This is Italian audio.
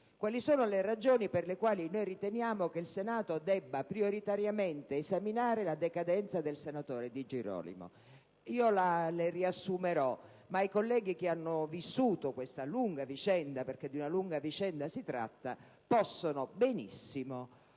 Quali sono le ragioni per le quali riteniamo che il Senato debba prioritariamente esaminare la decadenza del senatore Di Girolamo? Le riassumerò, ma i colleghi che hanno vissuto questa lunga vicenda - perché di una lunga vicenda si tratta - possono benissimo comprendere